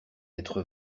être